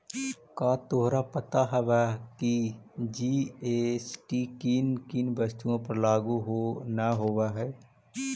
का तोहरा पता हवअ की जी.एस.टी किन किन वस्तुओं पर लागू न होवअ हई